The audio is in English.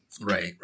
right